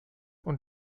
und